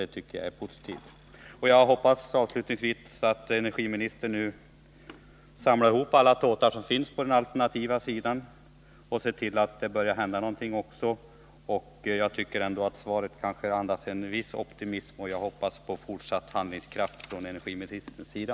Det tycker jag är positivt. Avslutningsvis hoppas jag att energiministern nu samlar ihop alla tåtar som finns på den alternativa sidan och ser till att det börjar hända någonting. Jag tycker att svaret andas en viss optimism. Jag hoppas på fortsatt handlingskraft från energiministerns sida.